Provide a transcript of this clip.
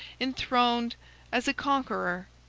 enthroned as a conqueror,